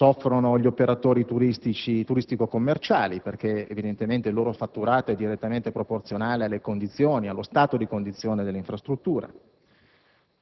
soffrono gli operatori turistici e commerciali perché, evidentemente, il loro fatturato è direttamente proporzionale alle condizioni e allo stato di salute delle infrastrutture;